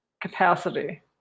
capacity